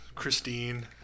Christine